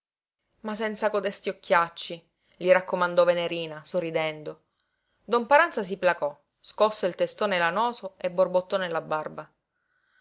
ma senza codesti occhiacci gli raccomandò venerina sorridendo don paranza si placò scosse il testone lanoso e borbottò nella barba